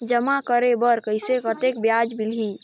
जमा करे बर कइसे कतेक ब्याज मिलही?